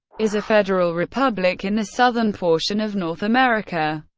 is a federal republic in the southern portion of north america.